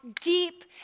deep